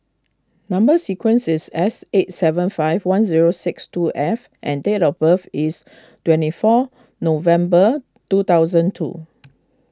Number Sequence is S eight seven five one zero six two F and date of birth is twenty four November two thousand two